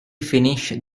finished